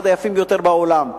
אחד היפים ביותר בעולם.